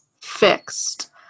fixed